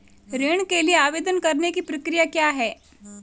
ऋण के लिए आवेदन करने की प्रक्रिया क्या है?